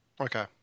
okay